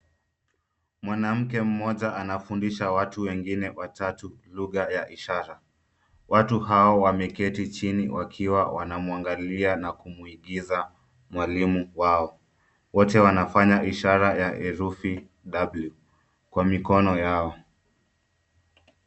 Mwanamke mmoja anafundisha watu wengine watatu lugha ya ishara. Watu hao wameketi chini wakiwa wanamwangalia na kumwigiza mwalimu wao. Wote wanafanya ishara ya herufi W kwa mikono yao.